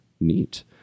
Neat